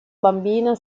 bambina